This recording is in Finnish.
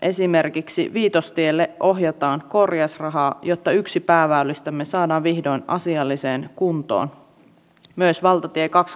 tällainen sopimusyhteiskunta on joskus hidas ja jäykkä mutta samalla se on vakaa ja luotettava